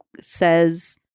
says